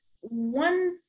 one